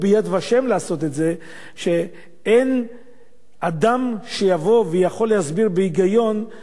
שאין אדם שיבוא ויכול להסביר בהיגיון למה לבוא ולכתוב את זה במקום